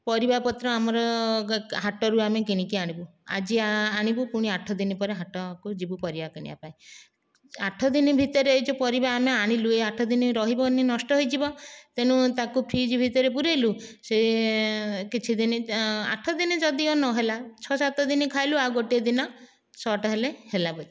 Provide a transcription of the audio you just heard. ପାରିବାପତ୍ର ଆମର ହାଟରୁ ଆମେ କିଣିକି ଆଣିବୁ ଆଜି ଆଣିବୁ ପୁଣି ଆଠଦିନ ପରେ ହାଟକୁ ଯିବୁ ପାରିବା କିଣିବାପାଇଁ ଆଠ ଦିନ ଭିତରେ ଏଇ ଯୋଉ ପାରିବା ଆମେ ଆଣିଲୁ ଏଇ ଆଠଦିନ ରହିବନି ନଷ୍ଟ ହେଇଯିବ ତେଣୁ ତା'କୁ ଫ୍ରିଜ୍ ଭିତରେ ପୁରେଇଲୁ ସେ କିଛି ଦିନ ଆଠଦିନ ଦିନ ଯଦିଓ ନ ହେଲା ଛଅ ସାତ ଦିନ ତା'କୁ ଖାଇଲୁ ଆଉ ଗୋଟେ ଦିନ ସର୍ଟ ହେଲେ ହେଲା